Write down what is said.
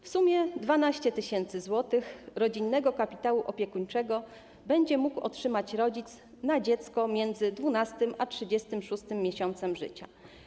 W sumie 12 tys. zł rodzinnego kapitału opiekuńczego będzie mógł otrzymać rodzic na dziecko między 12. a 36. miesiącem życia.